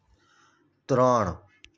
ત્રણ